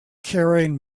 carrying